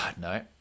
No